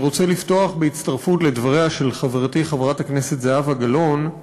אני רוצה לפתוח בהצטרפות לדבריה של חברתי חברת הכנסת זהבה גלאון,